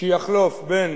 שיחלוף בין